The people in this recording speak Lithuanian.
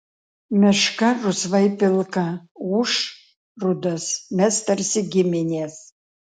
meška rusvai pilka ūš rudas mes tarsi giminės